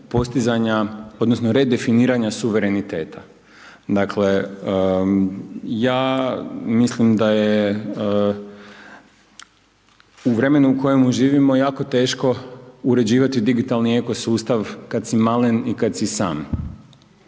postizanja odnosno redefiniranja suvereniteta. Dakle, ja mislim da je u vremenu u kojemu živimo jako teško uređivati digitalni eko sustav kad si malen i kad si sam.